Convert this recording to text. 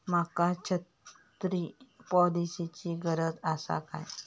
माका छत्री पॉलिसिची गरज आसा काय?